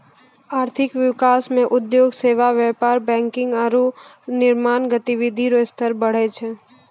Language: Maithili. आर्थिक विकास मे उद्योग सेवा व्यापार बैंकिंग आरू निर्माण गतिविधि रो स्तर बढ़ै छै